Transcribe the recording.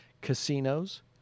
casinos